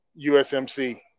USMC